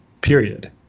period